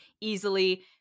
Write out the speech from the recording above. easily